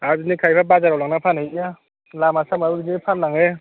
आरो बिदिनो खायफा बाजाराव लांना फानहैयो लामा सामायाव बिदिनो फानलाङो